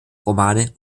romane